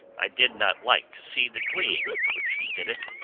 i did not like to see the glee with which he did it,